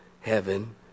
heaven